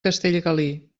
castellgalí